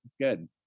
good